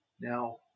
Now